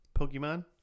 Pokemon